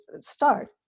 start